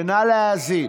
ונא להאזין.